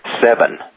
Seven